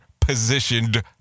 positioned